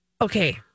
Okay